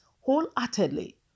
wholeheartedly